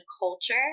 culture